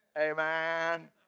Amen